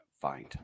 find